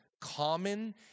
Common